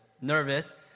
nervous